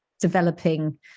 developing